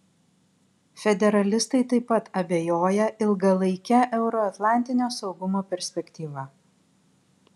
federalistai taip pat abejoja ilgalaike euroatlantinio saugumo perspektyva